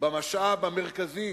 במשאב המרכזי